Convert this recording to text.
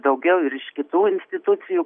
daugiau ir iš kitų institucijų